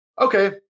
Okay